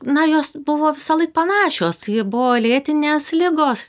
na jos buvo visąlaik panašios ji buvo lėtinės ligos